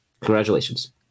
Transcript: Congratulations